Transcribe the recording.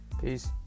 peace